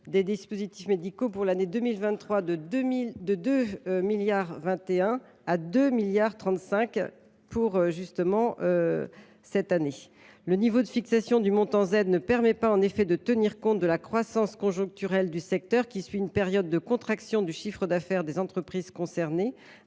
des dispositifs médicaux pour l’année 2023 de 2,21 milliards d’euros à 2,35 milliards d’euros pour 2024. Le niveau de fixation du montant Z ne permet pas, en effet, de tenir compte de la croissance conjoncturelle du secteur, qui suit une période de contraction du chiffre d’affaires des entreprises concernées